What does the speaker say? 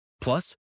Plus